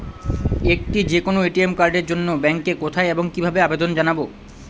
একটি যে কোনো এ.টি.এম কার্ডের জন্য ব্যাংকে কোথায় এবং কিভাবে আবেদন জানাব?